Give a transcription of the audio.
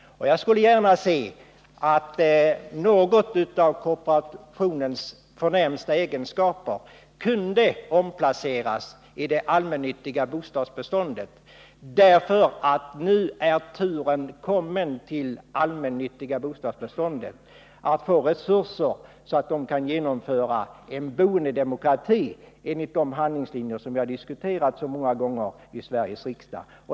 Jag skulle gärna se att något av kooperationens förnämsta egenskaper kunde överföras till det allmännyttiga bostadsbeståndet. Nu är turen kommen att ge det allmännyttiga bostadsbeståndet resurser så att man kan genomföra en boendedemokrati enligt de handlingslinjer som vi diskuterat så många gånger i Sveriges riksdag.